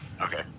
Okay